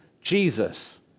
Jesus